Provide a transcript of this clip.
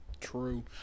True